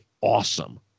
awesome